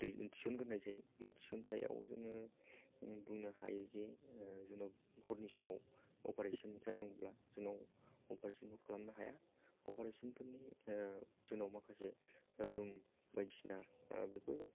थिसनगोरनाय जायो बे थिसनथायाव जोङो बुंनो हायो जे जोंनाव हरनि समाव अपारेशन जानांगौब्ला जोंनाव अपारेशन खौ खालामनो हाया अपारेशन फोरनि जोंनाव माखासे रुम बायदिसिना बेफोर